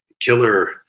killer